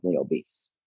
obese